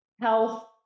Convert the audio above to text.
health